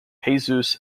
jesus